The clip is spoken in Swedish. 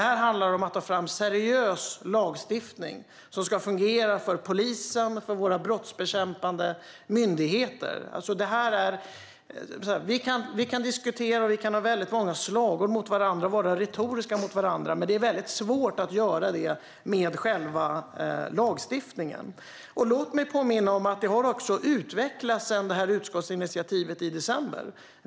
Här handlar det om att ta fram seriös lagstiftning som ska fungera för polisen och för våra brottsbekämpande myndigheter. Vi kan diskutera och framföra slagord mot varandra och vara retoriska, men det är svårt att göra så med själva lagstiftningen. Låt mig påminna om att förslaget har utvecklats sedan utskottet tog initiativ till ett tillkännagivande i december.